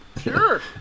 sure